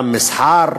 גם מסחר,